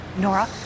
Nora